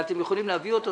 ואתם יכולים להביא אותו.